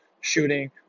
shooting